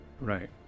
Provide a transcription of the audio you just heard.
Right